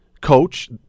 coach